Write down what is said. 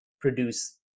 produce